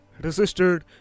resisted